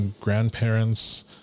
grandparents